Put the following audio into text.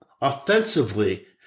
offensively